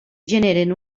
generen